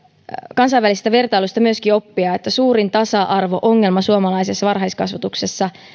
kansainvälisestä vertailusta myöskin oppia on että suurin tasa arvo ongelma suomalaisessa varhaiskasvatuksessa